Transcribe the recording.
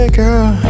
girl